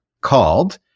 called